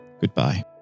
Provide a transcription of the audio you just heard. goodbye